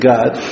God